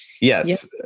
Yes